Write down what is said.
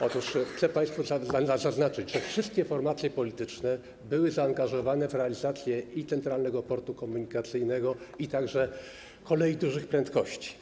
Otóż chcę państwu zaznaczyć, że wszystkie formacje polityczne były zaangażowane w realizację Centralnego Portu Komunikacyjnego i kolei dużych prędkości.